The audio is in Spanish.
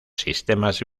sistemas